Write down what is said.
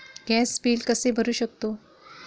Gas bill कसे भरू शकतो?